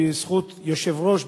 בזכות היושב-ראש,